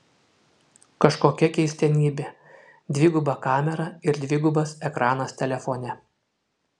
kažkokia keistenybė dviguba kamera ir dvigubas ekranas telefone